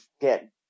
get